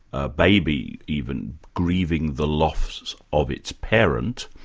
a baby even, grieving the loss of its parent,